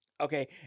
Okay